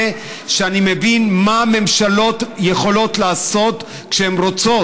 שאני מבין מה ממשלות יכולות לעשות כשהן רוצות.